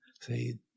say